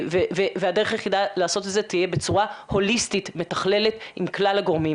והדרך היחידה לעשות א תזה תהיה בצורה הוליסטית מתכללת עם כלל הגורמים,